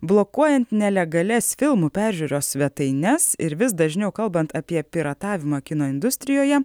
blokuojant nelegalias filmų peržiūros svetaines ir vis dažniau kalbant apie piratavimą kino industrijoje